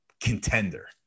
contender